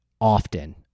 often